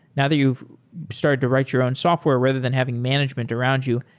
now that you've started to write your own software rather than having management around you,